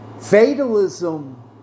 fatalism